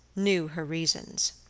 knew her reasons.